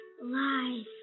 Lies